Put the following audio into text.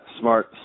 smart